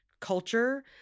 culture